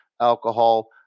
alcohol